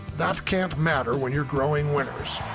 that can't matter when you're growing winters.